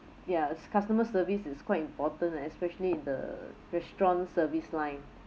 ya as customer service is quite important especially the restaurant service line